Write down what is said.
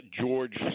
George